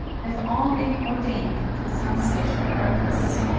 have all been ordained for some special purpose.